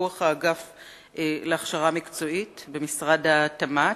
שבפיקוח האגף להכשרה מקצועית במשרד התמ"ת,